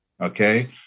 okay